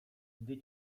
gdy